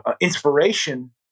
inspiration